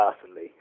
personally